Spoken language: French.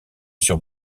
sur